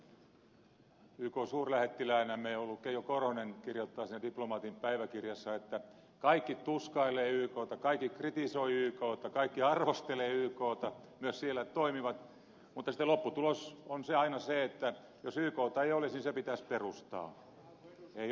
ykn suurlähettiläänämme ollut keijo korhonen kirjoittaa lähettilään päiväkirjassa että kaikki tuskailevat ykta kaikki kritisoivat ykta kaikki arvostelevat ykta myös siellä toimivat mutta sitten lopputulos on aina se että jos ykta ei olisi niin se pitäisi perustaa